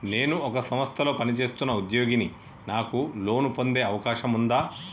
నేను ఒక సంస్థలో పనిచేస్తున్న ఉద్యోగిని నాకు లోను పొందే అవకాశం ఉందా?